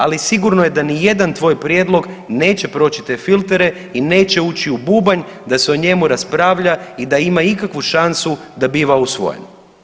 Ali sigurno je da ni jedan tvoj prijedlog neće proći te filtere i neće ući u bubanj da se o njemu raspravlja i da ima ikakvu šansu da biva usvojen.